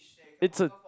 it's a